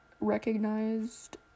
recognized